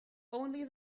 only